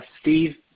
Steve